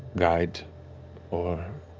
guide or.